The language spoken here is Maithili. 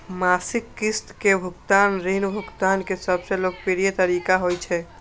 मासिक किस्त के भुगतान ऋण भुगतान के सबसं लोकप्रिय तरीका होइ छै